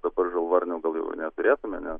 dabar žalvarnių gal jau neturėtume nes